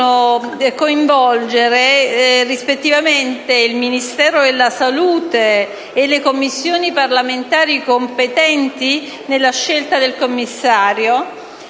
coinvolgere rispettivamente il Ministro della salute e le Commissioni parlamentari competenti nella scelta del commissario